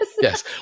Yes